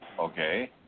Okay